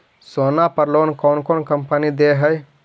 सोना पर लोन कौन कौन कंपनी दे है?